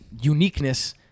uniqueness